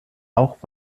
auch